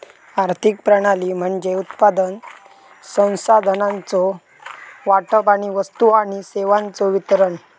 आर्थिक प्रणाली म्हणजे उत्पादन, संसाधनांचो वाटप आणि वस्तू आणि सेवांचो वितरण